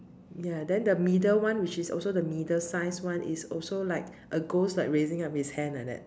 ya then the middle one which is also the middle size one is also like a ghost like raising his up his hand like that